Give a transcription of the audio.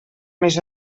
més